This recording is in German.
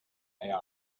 eier